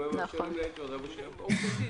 אם היו מאפשרים לי הייתי מקיים את האירוע.